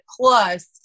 plus